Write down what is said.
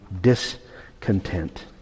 discontent